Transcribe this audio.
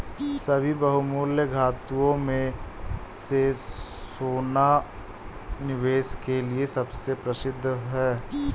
सभी बहुमूल्य धातुओं में से सोना निवेश के लिए सबसे प्रसिद्ध है